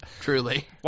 Truly